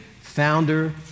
founder